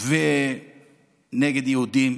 ונגד יהודים.